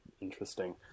interesting